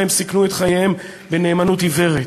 ובהם סיכנו את חייהם בנאמנות עיוורת.